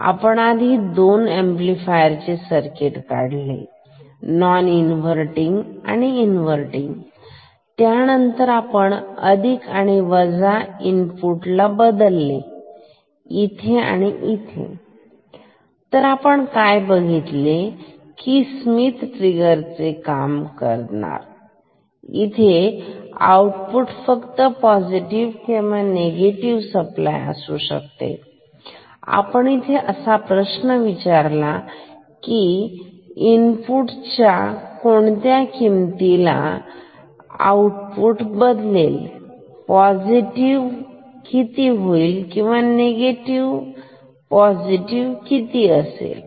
आपण आधी दोन ऍम्प्लिफायर चे सर्किट काढले नोन इन्वर्तींग आणि इन्वर्तींग त्यानंतर आपण अधिक वजा इन फुटला बदलले इथे आणि इथे पण आपण तर असे बघितले की हे स्मिथ ट्रिगर चे काम करते इथे आउटपुट फक्त पॉझिटिव्ह अथवा निगेटिव्ह सप्लाय असू शकते आपण इथे असा प्रश्न विचारला तीन पुढच्या कोणत्या किमतीला आउटपुट बदलेल पॉझिटिव्ह किती होईल किंवा निगेटिव्ह पॉझिटिव्ह होईल इथे आणि इथे ही